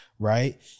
Right